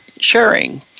sharing